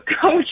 Coach